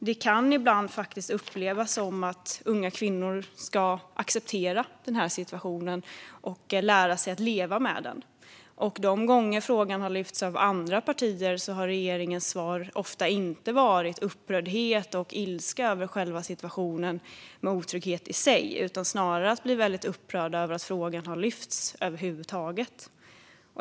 Det kan ibland upplevas som att unga kvinnor ska acceptera situationen och lära sig att leva med den. De gånger frågan har lyfts fram av andra partier har regeringens svar ofta inte varit upprördhet och ilska över själva situationen med otryggheten i sig, utan man har snarare blivit upprörd över att frågan har lyfts fram över huvud taget.